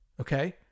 okay